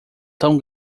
tão